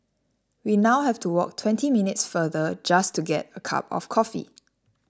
we now have to walk twenty minutes further just to get a cup of coffee